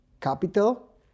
Capital